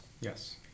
Yes